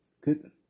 Good